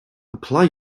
apply